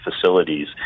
facilities